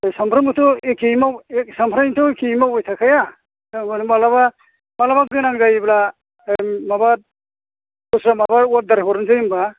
सानफ्रामबोथ' एखेयै माव सानफ्रामबोथ' एखेयै मावबाय थाखाया तारमाने मालाबा मालाबा गोनां जायोब्ला माबा दस्रा माबा अर्दार हरनोसै होम्बा